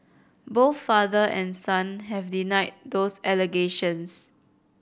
both father and son have denied those allegations